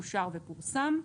אושר ופורסם.